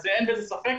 ואין בזה ספק,